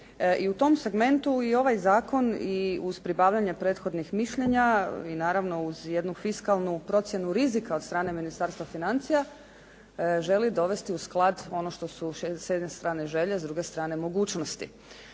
I u tom segmentu i ovaj zakon i uz pribavljanje prethodnih mišljenja i naravno uz jednu fiskalnu procjenu rizika od strane Ministarstva financija želi dovesti u sklad u sklad ono što su s jedne strane želje, s druge strane mogućnosti.